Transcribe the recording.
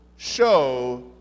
Show